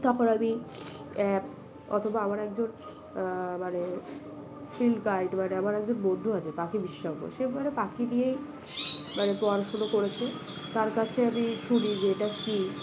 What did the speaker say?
তখন আমি অ্যাপস অথবা আমার একজন মানে ফিল্ড গাইড বা আমার একজন বন্ধু আছে পাখি বিশেষজ্ঞ সে পাখি নিয়েই মানে পড়াশুনো করেছে তার কাছে আমি শুনি যে এটা কী